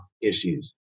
issues